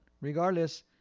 regardless